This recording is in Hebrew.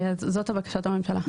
אז זאת בקשת הממשלה.